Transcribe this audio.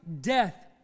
death